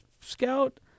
Scout